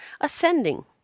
ascending